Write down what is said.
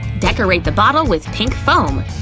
decorate the bottle with pink foam!